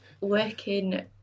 working